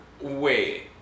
Wait